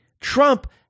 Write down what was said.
Trump